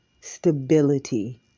stability